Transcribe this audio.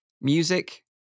Music